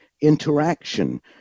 interaction